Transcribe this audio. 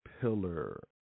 pillar